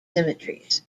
symmetries